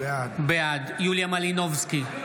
בעד יוליה מלינובסקי,